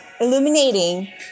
illuminating